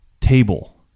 table